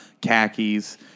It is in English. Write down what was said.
khakis